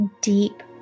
deep